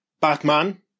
Batman